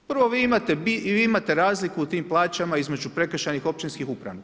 Prvo vi imate razliku u tim plaćama između prekršajnih, općinskih i upravnih.